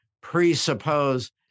presuppose